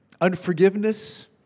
Unforgiveness